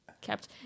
kept